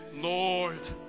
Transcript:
Lord